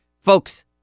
Folks